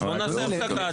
אז בואו נעשה הפסקה.